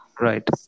right